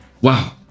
wow